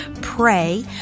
pray